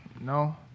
No